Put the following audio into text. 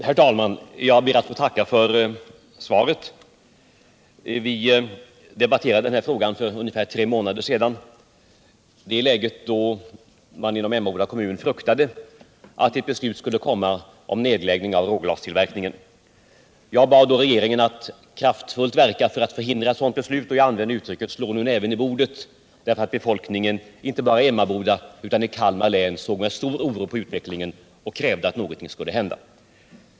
Herr talman! Jag ber att få tacka för svaret. Vi debatterade denna fråga för ungefär tre månader sedan, i det läge då man inom Emmaboda kommun fruktade att ett beslut skulle komma om nedläggning av råglastillverkningen. Jag bad då regeringen att kraftfullt verka för att förhindra ett sådant beslut, och jag använde uttrycket ”slå nu näven i bordet”, därför att befolkningen inte bara i Emmaboda utan i hela Kalmar län såg med stor oro på utvecklingen och krävde att någonting skulle hända.